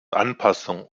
anpassung